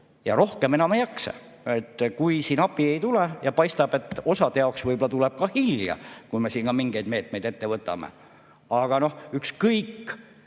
Ja rohkem enam ei jaksa. Kui siin appi ei tule ... Paistab, et osa jaoks võib-olla tuleb abi hilja, kui me siin ka mingeid meetmeid ette võtame. Aga ükskõik,